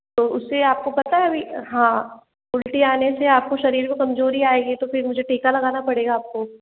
तो उस से आप को पता है अभी हाँ उल्टी आने से आप को शरीर को कमजोरी आएगी तो फिर मुझे टीका लगाना पड़ेगा आप को